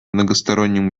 многосторонним